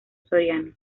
soriano